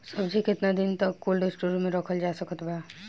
सब्जी केतना दिन तक कोल्ड स्टोर मे रखल जा सकत बा?